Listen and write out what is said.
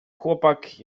chłopak